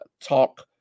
talk